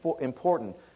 important